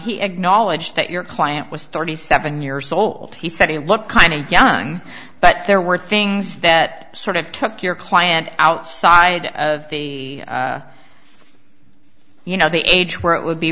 he acknowledged that your client was thirty seven years old he said he looked kind of young but there were things that sort of took your client outside of the you know the age where it would be